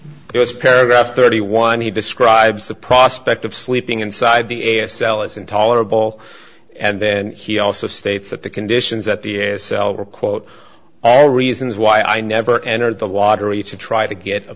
goes paragraph thirty one he describes the prospect of sleeping inside the a s l as intolerable and then he also states that the conditions at the as cell were quote all reasons why i never enter the watery to try to get a